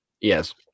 yes